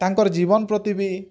ତାଙ୍କର୍ ଜୀବନ ପ୍ରତି ବି